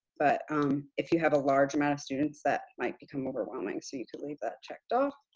but um if you have a large amount of students, that might become overwhelming, so you could leave that checked off.